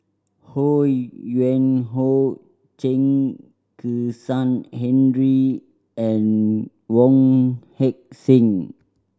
Ho Yuen Hoe Chen Kezhan Henri and Wong Heck Sing